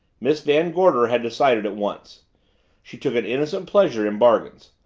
miss van gorder had decided at once she took an innocent pleasure in bargains.